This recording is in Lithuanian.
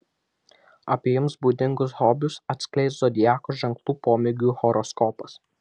apie jums būdingus hobius atskleis zodiako ženklų pomėgių horoskopas